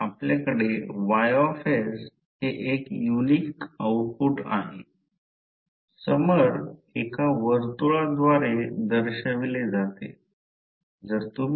कारण radius r मधील कोणत्याही फ्लक्स लाइनसाठी फ्लक्स लाईनच्या बाजूने H टॅनजेन्शियल आहे म्हणून H I 2 π r ampere per metre म्हणजे याचा अर्थ येथे आकृतीमध्ये फ्लक्स लाईनची रेडियस r आहे असे म्हणा